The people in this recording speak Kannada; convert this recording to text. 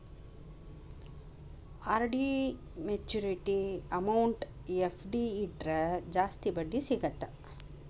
ಆರ್.ಡಿ ಮ್ಯಾಚುರಿಟಿ ಅಮೌಂಟ್ ಎಫ್.ಡಿ ಇಟ್ರ ಜಾಸ್ತಿ ಬಡ್ಡಿ ಸಿಗತ್ತಾ